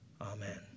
Amen